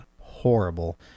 horrible